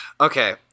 okay